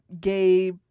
gay